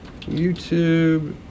YouTube